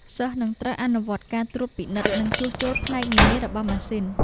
សិស្សនឹងត្រូវអនុវត្តការត្រួតពិនិត្យនិងជួសជុលផ្នែកនានារបស់ម៉ាស៊ីន។